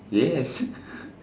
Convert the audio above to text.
yes